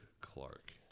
Clark